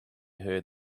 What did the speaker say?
heard